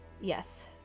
Yes